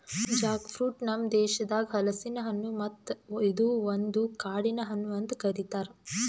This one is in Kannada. ಜಾಕ್ ಫ್ರೂಟ್ ನಮ್ ದೇಶದಾಗ್ ಹಲಸಿನ ಹಣ್ಣು ಮತ್ತ ಇದು ಒಂದು ಕಾಡಿನ ಹಣ್ಣು ಅಂತ್ ಕರಿತಾರ್